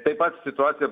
taip pat situacija